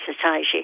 society